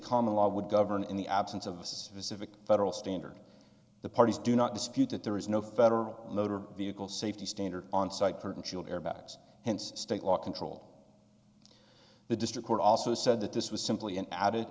common law would govern in the absence of us as of a federal standard the parties do not dispute that there is no federal motor vehicle safety standard on site curtain shield airbags hence state law control the district court also said that this was simply an added